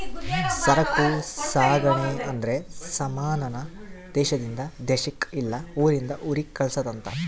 ಸರಕು ಸಾಗಣೆ ಅಂದ್ರೆ ಸಮಾನ ನ ದೇಶಾದಿಂದ ದೇಶಕ್ ಇಲ್ಲ ಊರಿಂದ ಊರಿಗೆ ಕಳ್ಸದ್ ಅಂತ